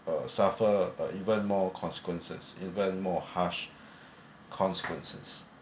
uh suffer uh even more consequences even more harsh consequences